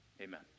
amen